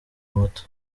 muto